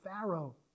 Pharaoh